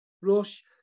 Rush